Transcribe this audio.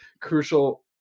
crucial